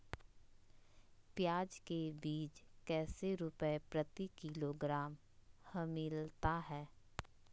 प्याज के बीज कैसे रुपए प्रति किलोग्राम हमिलता हैं?